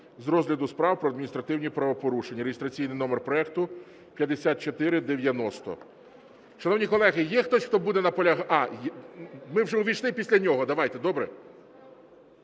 з розгляду справ про адміністративні правопорушення (реєстраційний номер проекту 5490).